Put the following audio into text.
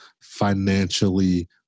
financially